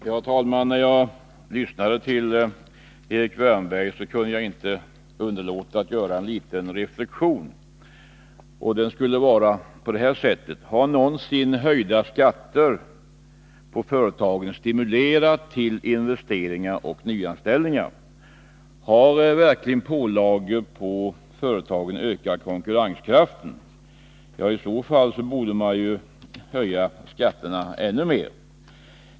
Herr talman! När jag lyssnade till Erik Wärnberg kunde jag inte underlåta att göra en liten reflexion, nämligen: Har någonsin höjda skatter på företagen stimulerat till investeringar och nyanställningar? Har verkligen pålagor på företagen ökat konkurrenskraften? I så fall borde man höja skatterna ännu mera.